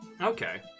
Okay